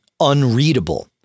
unreadable